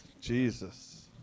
Jesus